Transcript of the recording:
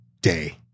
day